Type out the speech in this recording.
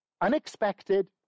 Unexpected